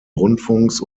rundfunks